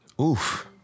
Oof